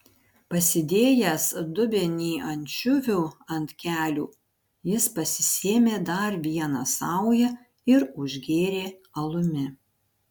pasidėjęs dubenį ančiuvių ant kelių jis pasisėmė dar vieną saują ir užgėrė alumi